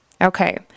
Okay